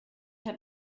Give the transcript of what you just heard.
hat